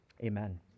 amen